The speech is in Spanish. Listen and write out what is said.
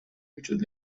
muchos